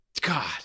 God